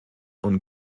und